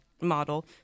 model